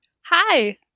Hi